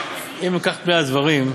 אם אלה הם פני הדברים,